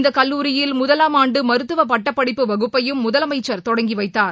இந்தகல்லூரியில் முதலாம் ஆண்டுமருத்துவப் பட்டப்படிப்பு வகுப்பையும் முதலமைச்சர் தொடங்கிவைத்தார்